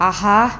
Aha